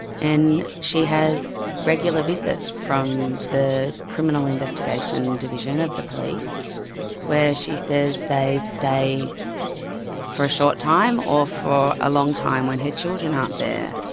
and she has regular visits from the criminal investigation division of the police where she says they stay for a short time or for a long time when her children aren't there.